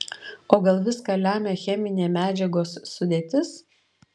o gal viską lemia cheminė medžiagos sudėtis